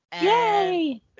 Yay